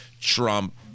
Trump